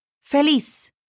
feliz